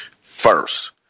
First